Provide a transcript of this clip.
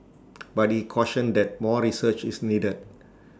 but he cautioned that more research is needed